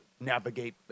navigate